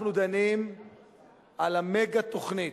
אנחנו דנים על המגה-תוכנית,